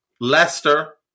Leicester